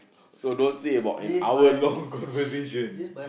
so don't say about an hour long conversation